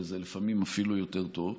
וזה לפעמים אפילו יותר טוב,